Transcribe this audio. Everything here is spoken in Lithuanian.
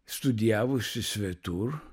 studijavusį svetur